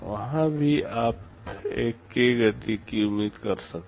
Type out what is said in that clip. वहाँ भी आप एक k गति की उम्मीद कर सकते हैं